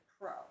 pro